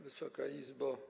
Wysoka Izbo!